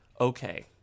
Okay